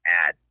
add